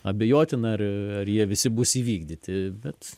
abejotina ar ar jie visi bus įvykdyti bet